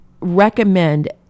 recommend